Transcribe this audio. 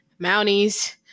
Mounties